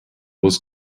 was